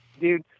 dude